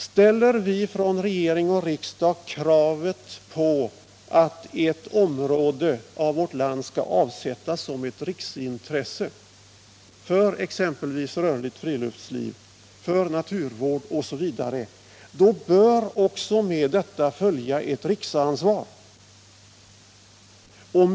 Reser regeringen och riksdagen kravet på att ett område av vårt land skall avsättas som riksintresse för exempelvis rörligt friluftsliv och naturvård, bör man också ha ett riksansvar.